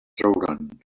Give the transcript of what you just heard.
trauran